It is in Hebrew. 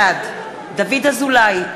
בעד דוד אזולאי,